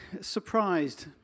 surprised